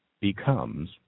becomes